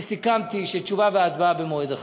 סיכמתי שתשובה והצבעה יהיו במועד אחר.